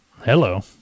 hello